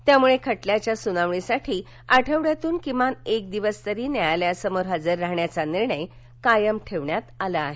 त्यामुळे खटल्याच्या सुनावणीसाठी आठवड्यातून किमान एक दिवस न्यायालयासमोर हजर राहण्याचा निर्णय कायम ठेवण्यात आला आहे